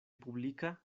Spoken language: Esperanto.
publika